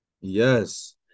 Yes